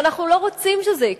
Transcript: ואנחנו לא רוצים שזה יקרה.